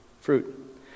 fruit